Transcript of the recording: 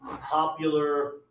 popular